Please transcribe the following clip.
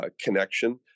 connection